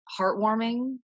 heartwarming